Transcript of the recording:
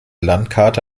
landkarte